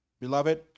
Beloved